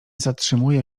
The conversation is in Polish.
zatrzymuje